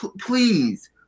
please